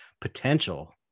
potential